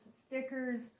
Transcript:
stickers